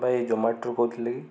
ଭାଇ ଜୋମାଟୋରୁ କହୁଥିଲେ କି